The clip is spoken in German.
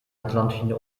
atlantischen